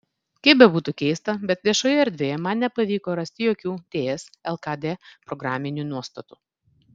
kaip bebūtų keista bet viešoje erdvėje man nepavyko rasti jokių ts lkd programinių nuostatų